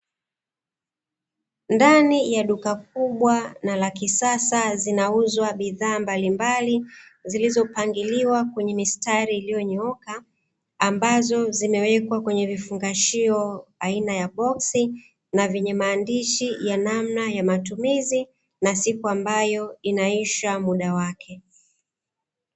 Ndani ya duka kubwa na la kisasa zinauzwa bidhaa mbalimbali, zilizopangiliwa kwenye mistari iliyonyooka, ambazo zimewekwa kwenye vifungashio aina ya boksi, na vyenye maandishi ya namna ya matumizi, na siku ambayo inaisha muda wake.